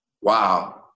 wow